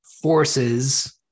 forces